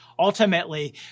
Ultimately